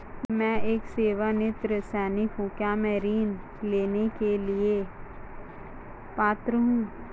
मैं एक सेवानिवृत्त सैनिक हूँ क्या मैं ऋण लेने के लिए पात्र हूँ?